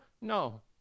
No